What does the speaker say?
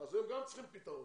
והם גם צריכים פתרון,